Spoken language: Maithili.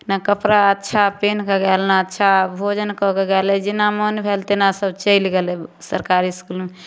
नहि कपड़ा अच्छा पेन्हकऽ गेल नहि अच्छा भोजन कऽके गेल जेना मोन भेल तेना सब चलि गेलै सरकारी इसकुलमे